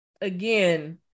again